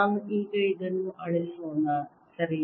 ನಾನು ಈಗ ಇದನ್ನು ಅಳಿಸೋಣ ಸರಿ